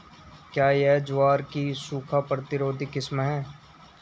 क्या यह ज्वार की सूखा प्रतिरोधी किस्म है?